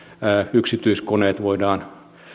yksityiskoneilla voidaan